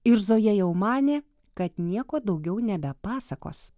ir zoja jau manė kad nieko daugiau nebepasakos